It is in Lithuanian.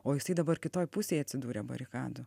o jisai dabar kitoj pusėj atsidūrė barikadų